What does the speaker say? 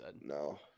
no